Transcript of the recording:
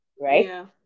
right